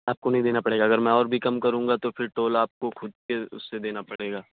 آپ کو نہیں دینا پڑے گا اگر میں اور بھی کم کروں گا تو پھر ٹول آپ کو خود کے اس سے دینا پڑے گا